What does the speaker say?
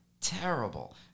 terrible